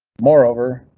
moreover,